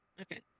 Okay